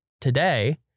today